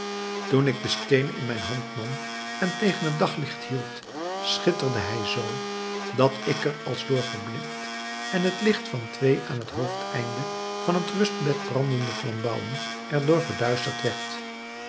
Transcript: toen ik den steen in mijne hand nam en tegen het daglicht hield schitterde hij zoo dat ik er als door verblind en het licht van twee aan het hoofdeneinde van het rustbed brandende flambouwen er door verduisterd werd